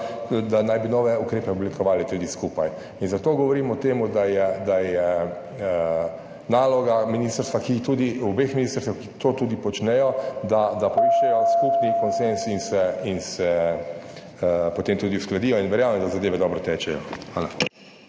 da naj bi nove ukrepe oblikovali tudi skupaj, in zato govorim o temu, da je naloga ministrstva, ki jih tudi, obeh ministrstev, ki to tudi počnejo, da poiščejo skupni konsenz in se in se potem tudi uskladijo in verjamem, da zadeve dobro tečejo. Hvala